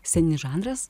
sceninis žanras